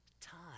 time